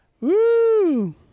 Woo